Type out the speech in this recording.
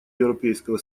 европейского